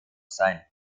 sein